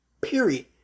period